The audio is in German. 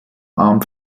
arm